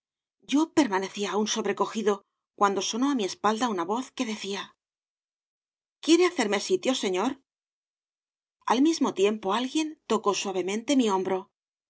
yo permanecía aún sobrecogido cuando sonó á mi espalda una voz que decía quiere hacerme sitio señor al mismo tiempo alguien tocó suavemente mi hombro